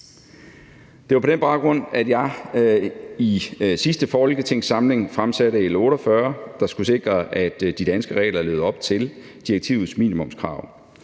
Det var på den baggrund, at jeg i sidste folketingssamling fremsatte L 48, der skulle sikre, at de danske regler levede op til direktivets minimumskrav.